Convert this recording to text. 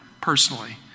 personally